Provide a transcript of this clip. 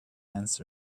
answer